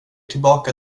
tillbaka